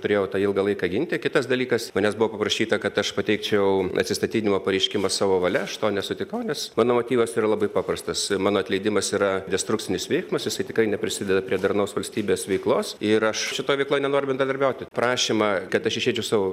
turėjau tą ilgą laiką ginti kitas dalykas manęs buvo paprašyta kad aš pateikčiau atsistatydinimo pareiškimą savo valia aš to nesutikau nes mano motyvas yra labai paprastas mano atleidimas yra destrukcinis veiksmas jisai tikrai neprisideda prie darnaus valstybės veiklos ir aš šitoj veikloj nenoriu bendradarbiauti prašymą kad aš išeičiau savo